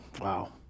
Wow